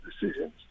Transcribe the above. decisions